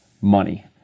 money